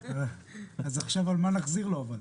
אז על מה נחזיר לו עכשיו?